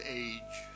age